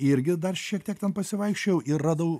irgi dar šiek tiek ten pasivaikščiojau ir radau